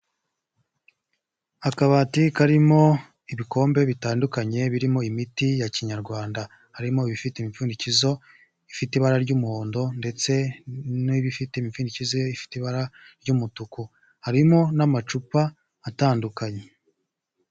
Akabati karimo ibikombe bitandukanye birimo imiti ya kinyarwanda harimo ibifite imipfundikizo ifite ibara ry'umuhondo, ndetse n'ibifite imifundikizo ifite ibara ry'umutuku harimo n'amacupa atandukanye.